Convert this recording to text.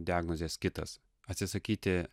diagnozės kitas atsisakyti